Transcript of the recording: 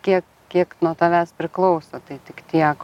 tie kiek nuo tavęs priklauso tai tik tiek